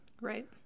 Right